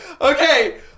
okay